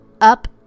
up